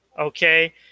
Okay